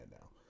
now